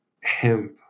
hemp